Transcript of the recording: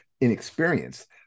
inexperienced